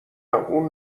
اون